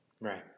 Right